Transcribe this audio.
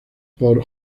por